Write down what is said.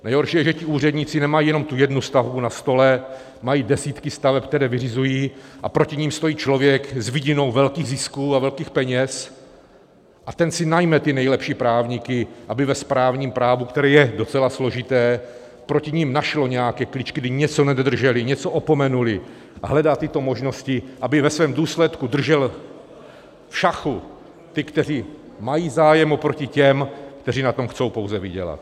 Nejhorší je, že ti úředníci nemají jenom tu jednu stavbu na stole, mají desítky staveb, které vyřizují, a proti nim stojí člověk s vidinou velkých zisků a velkých peněz a ten si najme ty nejlepší právníky, aby ve správním právu, které je docela složité, proti nim našli nějaké kličky, kdy něco nedodrželi, něco opomenuli, a hledá tyto možnosti, aby ve svém důsledku držel v šachu ty, kteří mají zájem, oproti těm, kteří na tom chtějí pouze vydělat.